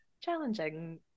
challenging